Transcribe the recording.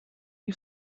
you